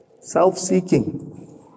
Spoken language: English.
self-seeking